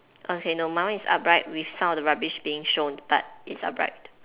okay no my one is upright with some of the rubbish being shown but it's upright